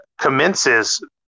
commences